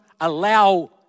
allow